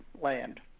land